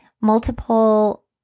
multiple